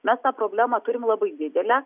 mes tą problemą turime labai didelę